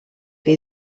que